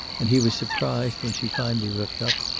and he was surprised, when she finally looked up,